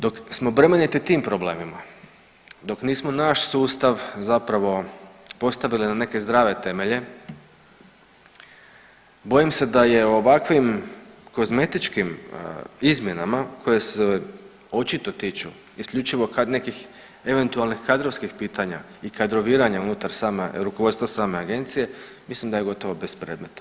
Dok smo bremeniti tim problemima, dok nismo naš sustav zapravo postavili na neke zdrave temelje, bojim se da je ovakvim kozmetičkim izmjenama koje se očito tiču isključivo kad nekih eventualni kadrovskih pitanja i kadroviranja unutar same, rukovodstva same Agencije, mislim da je gotovo bespredmetno.